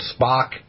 Spock